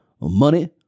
money